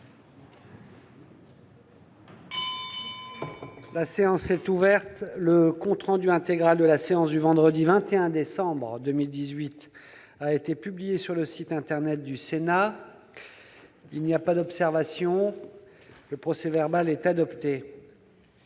La séance est ouverte. Le compte rendu intégral de la séance du vendredi 21 décembre 2018 a été publié sur le site internet du Sénat. Il n'y a pas d'observation ?... Le procès-verbal est adopté.